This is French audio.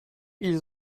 ils